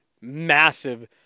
massive